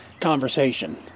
conversation